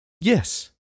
Yes